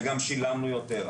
וגם שילמנו יותר,